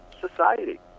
society